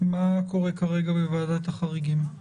מה קורה כרגע בוועדת החריגים?